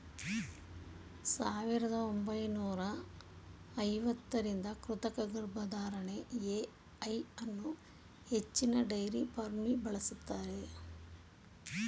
ಸಾವಿರದ ಒಂಬೈನೂರ ಐವತ್ತರಿಂದ ಕೃತಕ ಗರ್ಭಧಾರಣೆ ಎ.ಐ ಅನ್ನೂ ಹೆಚ್ಚಿನ ಡೈರಿ ಫಾರ್ಮ್ಲಿ ಬಳಸ್ತಾರೆ